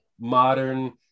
modern